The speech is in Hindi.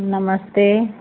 नमस्ते